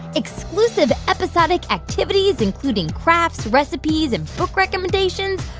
exclusive episodic activities, including crafts, recipes and book recommendations.